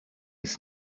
his